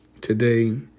Today